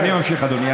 אני ממשיך, אדוני.